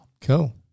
Cool